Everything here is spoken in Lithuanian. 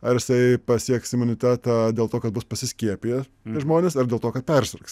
ar jisai pasieks imunitetą dėl to kad bus pasiskiepiję žmonės ar dėl to kad persirgs